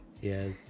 Yes